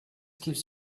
gives